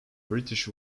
british